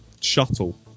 shuttle